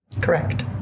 Correct